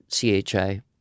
CHI